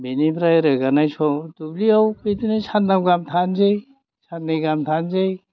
बिनिफ्राय रोगानाय दुब्लियाव बिदिनो सानथाम गाहाम थानोसै साननै गाहाम थानोसै